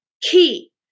key